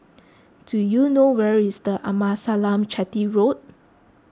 do you know where is the Amasalam Chetty Road